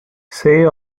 say